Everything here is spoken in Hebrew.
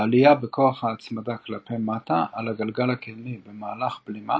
העלייה בכוח ההצמדה כלפי מטה על הגלגל הקדמי במהלך בלימה